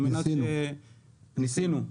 ניסינו.